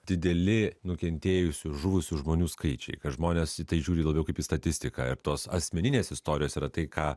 dideli nukentėjusių žuvusių žmonių skaičiai kad žmonės į tai žiūri labiau kaip į statistiką ir tos asmeninės istorijos yra tai ką